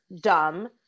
dumb